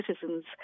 citizens